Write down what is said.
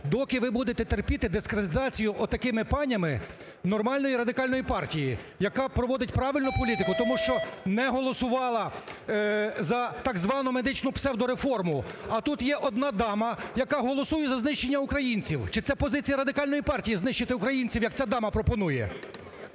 доки ви будете терпіти дискредитацію отакими панями нормальної Радикальної партії, яка проводить правильну політику, тому що не голосувала за так звану медичну псевдореформу? А тут є одна дама, яка голосує за знищення українців. Чи це позиція Радикальної партії: знищити українців, як ця дама пропонує?